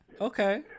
Okay